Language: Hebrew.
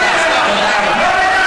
תודה רבה.